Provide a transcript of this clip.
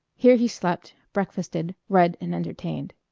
here he slept, breakfasted, read, and entertained.